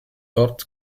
dort